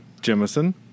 Jemison